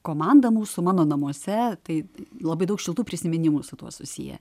komanda mūsų mano namuose tai labai daug šiltų prisiminimų su tuo susiję